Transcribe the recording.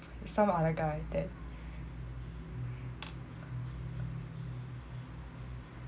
some other guy that